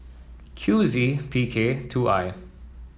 Q Z P K two I